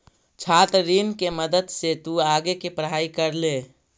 छात्र ऋण के मदद से तु आगे के पढ़ाई कर ले